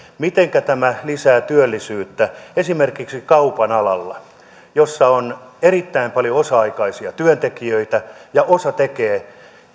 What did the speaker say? mitenkä tämä lisää työllisyyttä esimerkiksi kaupan alalla jolla on erittäin paljon osa aikaisia työntekijöitä ja osa tekee